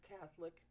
Catholic